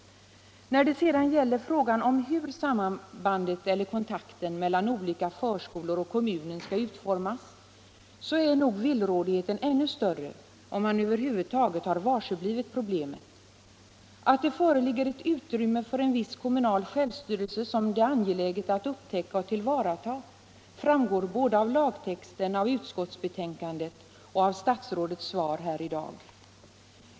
När det sedan gäller frågan om hur sambandet eller kontakten mellan olika förskolor och kommunen skall utformas är nog villrådigheten ännu större, om man över huvud taget har varseblivit problemet. Att det föreligger ett utrymme för en viss kommunal självstyrelse, som det är angeläget att upptäcka och tillvarata, framgår av både lagtexten och utskottsbetänkandet liksom av statsrådets svar här i dag.